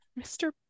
mr